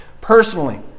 Personally